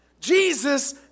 Jesus